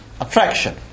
Attraction